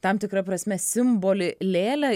tam tikra prasme simbolį lėlę